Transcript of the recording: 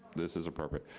this is appropriate.